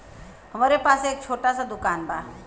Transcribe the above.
हमरे पास एक छोट स दुकान बा